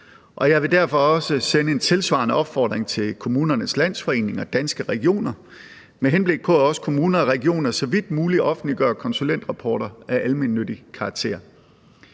jeg vil derfor også sende en tilsvarende opfordring til Kommunernes Landsforening og til Danske Regioner, med henblik på at også kommuner og regioner så vidt muligt offentliggør konsulentrapporter af almennyttig karakter.